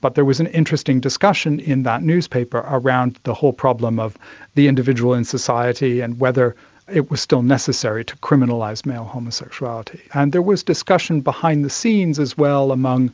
but there was an interesting discussion in that newspaper around the whole problem of the individual in society and whether it was still necessary to criminalise male homosexuality. and there was discussion behind the scenes as well among